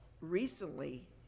recently